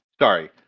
Sorry